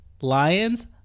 Lions